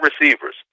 receivers